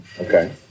Okay